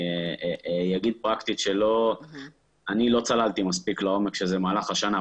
אני לא צללתי מספיק לעומק של זה במהלך השנה,